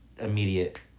immediate